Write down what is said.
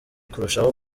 kurushaho